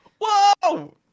Whoa